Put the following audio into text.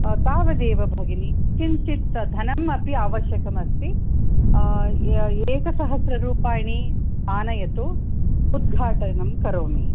तावदेव भगिनी किञ्चित् धनम् अपि आवश्यकम् अस्ति य एक सहस्ररूप्यकानि आनयतु उद्घाटनं करोमि